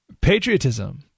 Patriotism